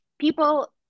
people